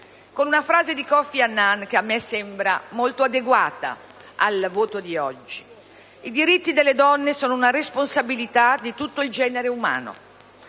con una frase di Kofi Annan che a me sembra molto adeguata al voto di oggi: «I diritti delle donne sono una responsabilità di tutto il genere umano.